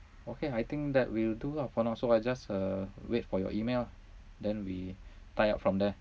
okay I think that will do lah for now so I just uh wait for your email lah then we tie up from there